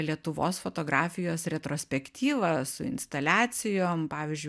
lietuvos fotografijos retrospektyvą su instaliacijom pavyzdžiui